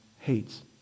hates